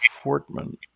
Fortman